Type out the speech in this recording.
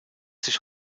sich